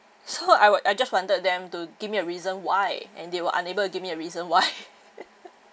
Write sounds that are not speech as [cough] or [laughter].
so I wa~ I just wanted them to give me a reason why and they were unable to give me a reason why [laughs]